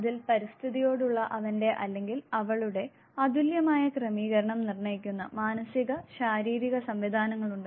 അതിൽ പരിസ്ഥിതിയോടുള്ള അവന്റെ അല്ലെങ്കിൽ അവളുടെ അതുല്യമായ ക്രമീകരണം നിർണ്ണയിക്കുന്ന മാനസിക ശാരീരിക സംവിധാനങ്ങളുണ്ട്